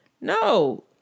No